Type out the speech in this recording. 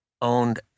owned